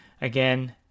again